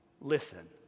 Listen